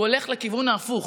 והוא הולך לכיוון ההפוך.